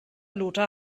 lothar